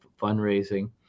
fundraising